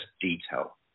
detail